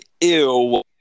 Ew